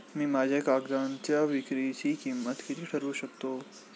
मी माझ्या कांद्यांच्या विक्रीची किंमत किती ठरवू शकतो?